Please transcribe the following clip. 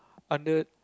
under